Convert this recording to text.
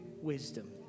wisdom